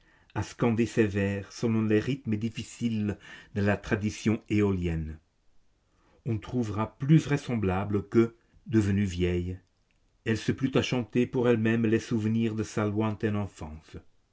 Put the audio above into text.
à scander ses vers selon les rythmes difficiles de la tradition éolienne on trouvera plus vraisemblable que devenue vieille elle se plut à chanter pour elle-même les souvenirs de sa lointaine enfance